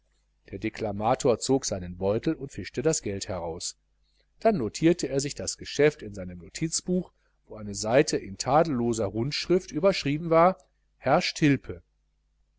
der deklamator zog seinen beutel und fischte das geld heraus dann notierte er sich das geschäft in sein notizbuch wo eine seite in tadelloser rundschrift überschrieben war herr stilpe